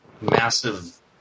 massive